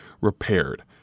repaired